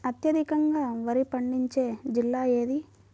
అత్యధికంగా వరి పండించే జిల్లా ఏది?